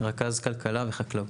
רכז כלכלה וחקלאות.